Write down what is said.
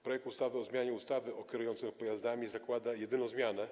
Projekt ustawy o zmianie ustawy o kierujących pojazdami zakłada jedną zmianę.